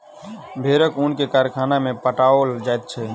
भेड़क ऊन के कारखाना में पठाओल जाइत छै